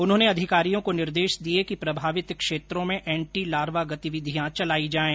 उन्होंने अधिकारियों को निर्देश दिए कि प्रभावित क्षेत्रों में एनटीलार्वा गतिविधियां चलाई जाऐं